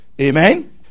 Amen